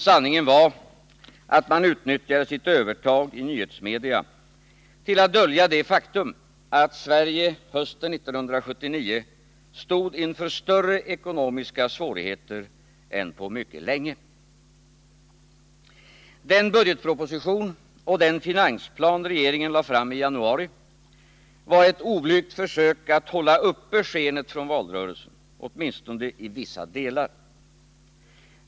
Sanningen var att man utnyttjade sitt övertag i nyhetsmedia till att dölja det faktum att Sverige hösten 1979 stod inför större ekonomiska svårigheter än på mycket länge. Den budgetproposition och den finansplan regeringen lade fram i januari var ett oblygt försök att hålla uppe skenet från valrörelsen, åtminstone i vissa delar.